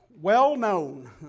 well-known